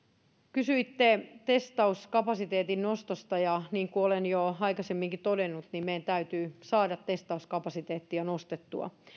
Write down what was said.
kysyitte testauskapasiteetin nostosta ja niin kuin olen jo aikaisemminkin todennut meidän täytyy saada testauskapasiteettia nostettua